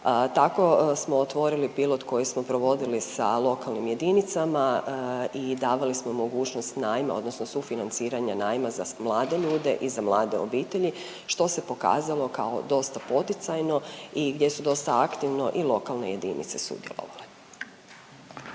Tako smo otvorili pilot koji smo provodili sa lokalnim jedinicama i davali smo mogućnost najma odnosno sufinanciranja najma za mlade ljudi i za mlade obitelji što se pokazalo kao dosta poticajno i gdje su dosta aktivno i lokalne jedinice sudjelovale.